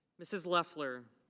mrs. leffler.